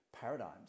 paradigms